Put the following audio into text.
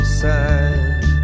side